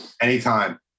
anytime